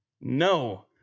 no